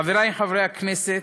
חבריי חברי הכנסת,